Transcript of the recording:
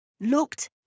looked